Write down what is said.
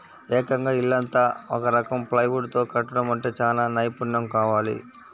ఏకంగా ఇల్లంతా ఒక రకం ప్లైవుడ్ తో కట్టడమంటే చానా నైపున్నెం కావాలి